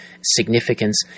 significance